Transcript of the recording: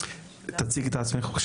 תציגי את עצמך.